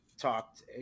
talked